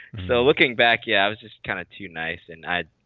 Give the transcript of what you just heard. so looking back yeah i was just kind of too nice and i.